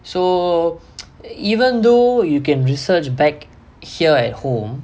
so even though you can research back here at home